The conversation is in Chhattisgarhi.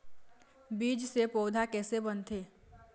बीज से पौधा कैसे बनथे?